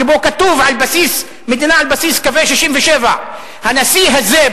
שבו כתוב: מדינה על בסיס קווי 67'. הנשיא הזה,